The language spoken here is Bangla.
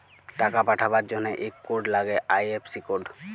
টাকা পাঠাবার জনহে ইক কোড লাগ্যে আই.এফ.সি কোড